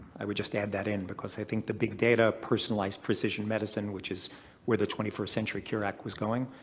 i would just add that in because i think the big data personalized precision medicine which is where the twenty first century care act was going.